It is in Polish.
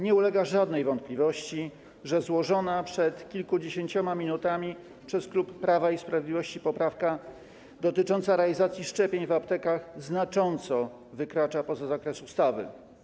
Nie ulega żadnej wątpliwości, że złożona przed kilkudziesięcioma minutami przez klub Prawa i Sprawiedliwości poprawka dotycząca realizacji szczepień w aptekach znacząco wykracza poza zakres ustawy.